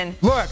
Look